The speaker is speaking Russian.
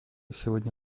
сегодня